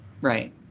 Right